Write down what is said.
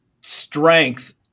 strength